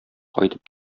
кайтып